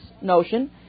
notion